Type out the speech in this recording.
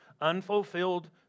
unfulfilled